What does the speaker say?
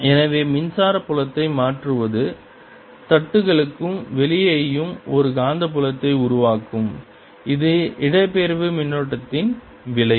எனவே மின்சார புலத்தை மாற்றுவது தட்டுகளுக்கும் வெளியேயும் ஒரு காந்தப்புலத்தை உருவாக்கும் இது இடப்பெயர்வு மின்னோட்டத்தின் விளைவு